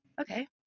okay